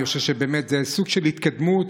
אני חושב שזה סוג של התקדמות,